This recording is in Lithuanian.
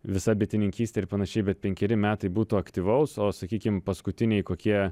visa bitininkyste ir panašiai bet penkeri metai būtų aktyvaus o sakykim paskutiniai kokie